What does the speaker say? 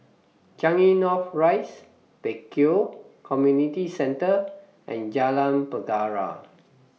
Changi North Rise Pek Kio Community Centre and Jalan Penjara